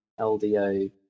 LDO